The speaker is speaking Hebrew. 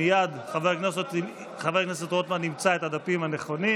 מייד חבר הכנסת רוטמן ימצא את הדפים הנכונים